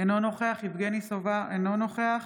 אינו נוכח יבגני סובה, אינו נוכח